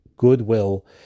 goodwill